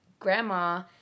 Grandma